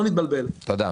תודה.